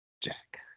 Jack